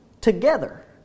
together